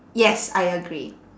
yes I agree